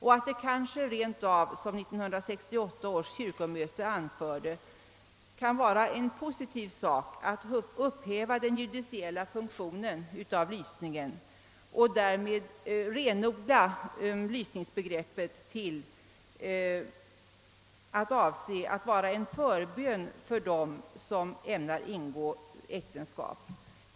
Det kan kanske rent av, såsom 1968 års kyrkomöte anförde, vara något positivt i att lysningens judiciella funktion upphävs och att därmed lysningsbegreppet renodlas till att avse en förbön för dem som ämnar ingå äktenskap.